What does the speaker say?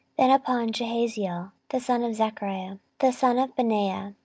then upon jahaziel the son of zechariah, the son of benaiah,